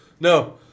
No